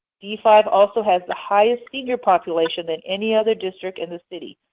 d five also has the highest senior population than any other district in the city,